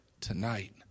tonight